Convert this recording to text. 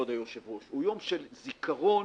הוא יום של זיכרון.